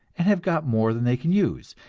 and have got more than they can use,